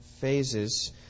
phases